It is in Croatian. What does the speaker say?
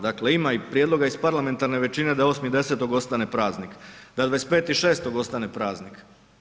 Dakle ima i prijedloga iz parlamentarne većine da 8.10. ostane praznik, 25.6. ostane praznik.